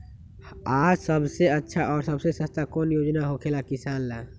आ सबसे अच्छा और सबसे सस्ता कौन योजना होखेला किसान ला?